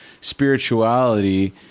spirituality